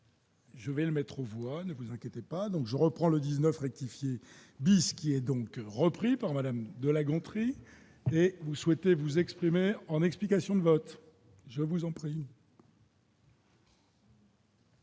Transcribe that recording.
Je vais le mettre aux voix, ne vous inquiétez pas, donc je reprends le 19 rectifier, qui est donc repris par madame de La Gontrie et vous souhaitez vous exprimer en explications de vote, je vous en prie.